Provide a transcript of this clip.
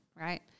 Right